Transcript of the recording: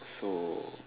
so